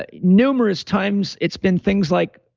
ah numerous times, it's been things like,